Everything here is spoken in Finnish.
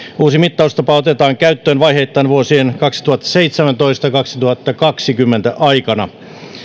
uusi mittaustapa otetaan käyttöön vaiheittain vuosien kaksituhattaseitsemäntoista viiva kaksituhattakaksikymmentä aikana